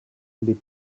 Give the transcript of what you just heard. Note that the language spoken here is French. les